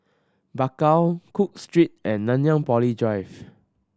Bakau Cook Street and Nanyang Poly Drive